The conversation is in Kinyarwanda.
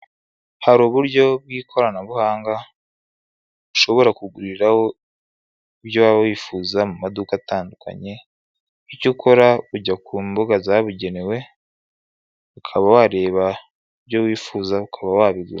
Hari uburyo bw'ikoranabuhanga ushobora kuguriraho ibyo waba wifuza mu maduka atandukanye, icyo ukora ujya ku mbuga zabugenewe ukaba wareba ibyo wifuza, ukaba wabigura.